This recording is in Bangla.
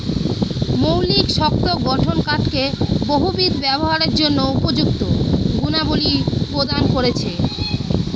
মৌলিক শক্ত গঠন কাঠকে বহুবিধ ব্যবহারের জন্য উপযুক্ত গুণাবলী প্রদান করেছে